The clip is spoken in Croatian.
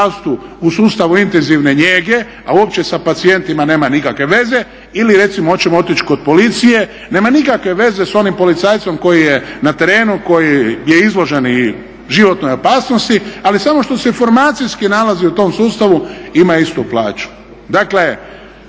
u sustavu intenzivne njege, a uopće sa pacijentima nema nikakve veze ili recimo hoćemo otići kod policije, nema nikakve veze s onim policajcem koji je na terenu, koji je izložen i životnoj opasnosti, ali samo što se formacijski nalazi u tom sustavu ima istu plaću.